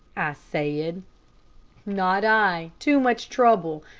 i said. not i. too much trouble.